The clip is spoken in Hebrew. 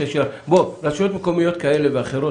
רשויות מקומיות כאלה ואחרות,